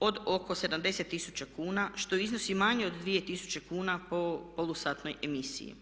od oko 70 tisuća kuna što iznosi manje od 2000 kuna po polusatnoj emisiji.